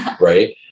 Right